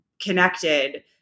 connected